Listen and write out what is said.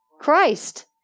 Christ